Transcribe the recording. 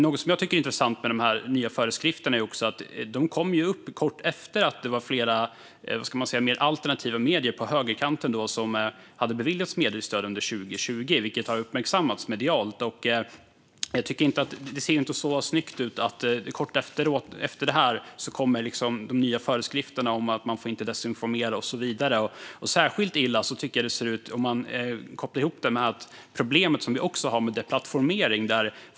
Något som jag tycker är intressant med de nya föreskrifterna är att de kom kort efter att mer alternativa medier på högerkanten hade beviljats mediestöd under 2020, vilket har uppmärksammats medialt. Det ser inte så snyggt ut att kort efteråt kommer de nya föreskrifterna om att man inte får desinformera och så vidare. Särskilt illa tycker jag att det ser ut om man kopplar ihop det med problemet som vi också har med deplattformering.